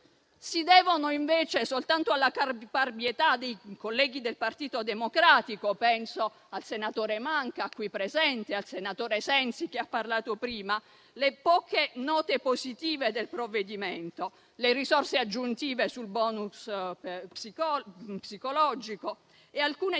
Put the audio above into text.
Si devono invece soltanto alla caparbietà dei colleghi del Partito Democratico (penso al senatore Manca qui presente e al senatore Sensi, che ha parlato prima) le poche note positive del provvedimento: le risorse aggiuntive sul *bonus* psicologico e alcune disposizioni